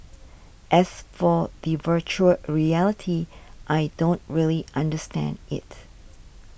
as for the virtual reality I don't really understand it